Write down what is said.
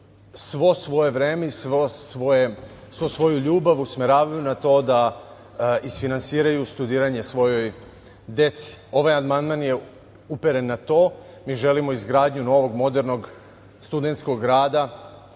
sve svoje vreme i svu svoju ljubav usmeravaju na to da isfinansiraju studiranje svojoj deci. Ovaj amandman je uperen na to. Mi želimo izgradnju novog, modernog studentskog grada,